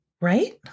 right